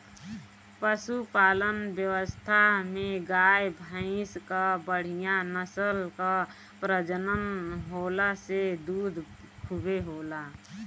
पशुपालन व्यवस्था में गाय, भइंस कअ बढ़िया नस्ल कअ प्रजनन होला से दूध खूबे होला